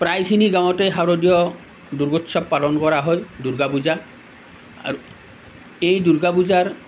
প্ৰায়খিনি গাঁৱতেই শাৰদীয় দুৰ্গোৎসৱ পালন কৰা হয় দুৰ্গা পূজা আৰু এই দুৰ্গা পূজাৰ